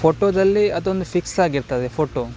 ಫೋಟೋದಲ್ಲಿ ಅದೊಂದು ಫಿಕ್ಸ್ ಆಗಿರ್ತದೆ ಫೋಟೋ